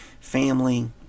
family